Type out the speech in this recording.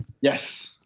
yes